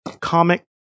comic